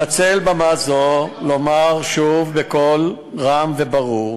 אנצל במה זו לומר שוב בקול רם וברור